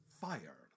fire